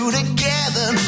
together